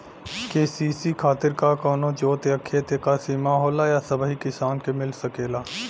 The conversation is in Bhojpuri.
के.सी.सी खातिर का कवनो जोत या खेत क सिमा होला या सबही किसान के मिल सकेला?